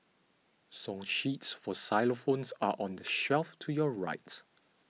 song sheets for xylophones are on the shelf to your right